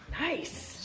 nice